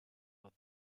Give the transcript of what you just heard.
dat